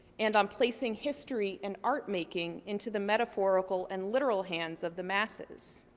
and on placing history and art making into the metaphorical and literal hands of the masses.